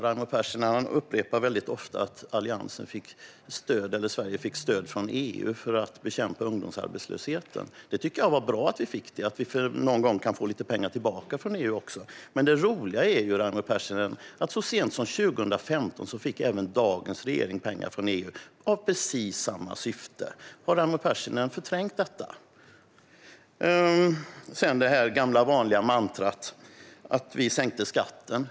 Raimo Pärssinen upprepar ofta att Alliansen och Sverige fick stöd från EU för att bekämpa ungdomsarbetslösheten. Jag tycker att det var bra att vi fick det och att vi någon gång kan få lite pengar tillbaka från EU. Men det roliga är att så sent som 2015 fick även dagens regering pengar från EU i precis samma syfte. Har Raimo Pärssinen förträngt det? Så till det gamla vanliga mantrat att vi sänkte skatten.